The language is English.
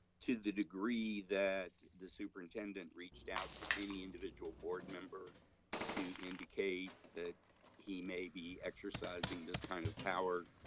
to the degree that the superintendent reached out to any individual board member to indicate that he may be exercising this kind of power,